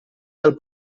dal